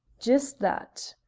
jist that,